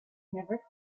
never